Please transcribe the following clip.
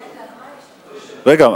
רגע,